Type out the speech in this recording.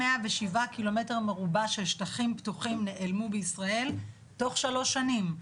מאה ושבעה קילומטר מרובע של שטחים פתוחים נעלמו בישראל תוך שלוש שנים,